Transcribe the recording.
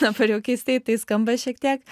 dabar jau keistai tai skamba šiek tiek